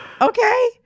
okay